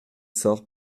sort